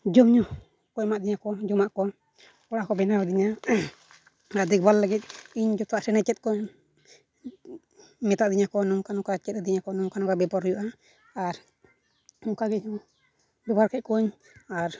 ᱡᱚᱢ ᱧᱩ ᱠᱚ ᱮᱢᱟᱫᱤᱧᱟᱹ ᱠᱚ ᱡᱚᱢᱟᱜ ᱠᱚ ᱚᱲᱟᱜ ᱦᱚᱸᱠᱚ ᱵᱮᱱᱟᱣᱟᱫᱤᱧᱟ ᱫᱮᱠᱷᱵᱷᱟᱞ ᱞᱟᱹᱜᱤᱫ ᱤᱧ ᱡᱚᱛᱚᱣᱟᱜ ᱟᱥᱮᱱ ᱪᱮᱫ ᱠᱚ ᱢᱮᱛᱟᱫᱤᱧᱟᱹ ᱠᱚ ᱱᱚᱝᱠᱟ ᱱᱚᱝᱠᱟ ᱪᱮᱫ ᱟᱫᱤᱧᱟᱠᱚ ᱱᱚᱝᱠᱟ ᱱᱚᱝᱠᱟ ᱵᱮᱵᱚᱦᱟᱨ ᱦᱩᱭᱩᱜᱼᱟ ᱟᱨ ᱚᱝᱠᱟ ᱜᱮ ᱤᱧ ᱦᱚᱸ ᱵᱮᱵᱚᱦᱟᱨ ᱠᱮᱫ ᱠᱚᱣᱟᱹᱧ ᱟᱨ